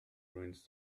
ruins